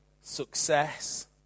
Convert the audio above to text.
success